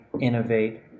innovate